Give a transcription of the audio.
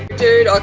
dude